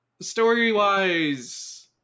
Story-wise